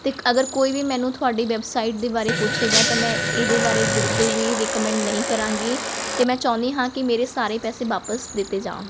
ਅਤੇ ਅਗਰ ਕੋਈ ਵੀ ਮੈਨੂੰ ਤੁਹਾਡੀ ਵੈੱਬਸਾਈਟ ਦੇ ਬਾਰੇ ਪੁੱਛੇਗਾ ਤਾਂ ਮੈਂ ਇਹਦੇ ਬਾਰੇ ਬਿਲਕੁਲ ਵੀ ਰਿਕਮੈਂਡ ਨਹੀਂ ਕਰਾਂਗੀ ਅਤੇ ਮੈਂ ਚਾਹੁੰਦੀ ਹਾਂ ਕਿ ਮੇਰੇ ਸਾਰੇ ਪੈਸੇ ਵਾਪਸ ਦਿੱਤੇ ਜਾਣ